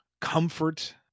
comfort